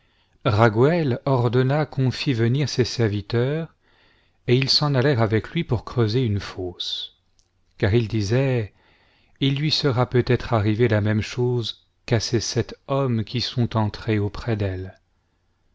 raguël ordonna qu'on fît venir ses serviteurs et ils s'en allèrent avec lui nur creuser une fosse car il disait il lui sera peut-être arrivé la même chose qu'à ces sept hommes qui sont entrés auprès d'elle